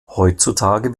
heutzutage